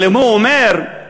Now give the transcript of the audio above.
אבל אם הוא אומר שהרסיס,